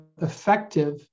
effective